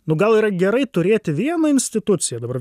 nu gal yra gerai turėti vieną instituciją dabar